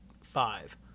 five